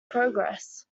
progress